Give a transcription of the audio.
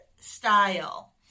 style